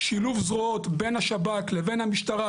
שילוב זרועות בין השב"כ לבין המשטרה,